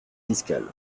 fiscal